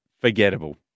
forgettable